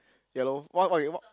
yellow what what you what